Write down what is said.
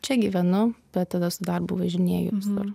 čia gyvenu bet tada su darbu važinėju visur